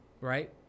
Right